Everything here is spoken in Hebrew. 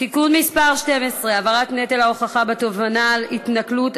(תיקון מס' 12) (העברת נטל ההוכחה בתובענה על התנכלות),